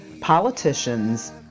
politicians